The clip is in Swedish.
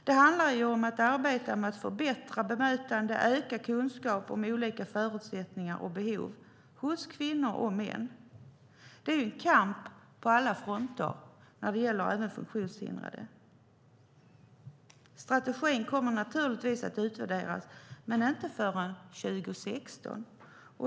Det handlar om att arbeta med att förbättra bemötande och öka kunskapen om olika förutsättningar och behov hos kvinnor och män. Det är en kamp på alla fronter när det gäller även funktionshindrade. Strategin kommer naturligtvis att utvärderas men inte förrän 2016.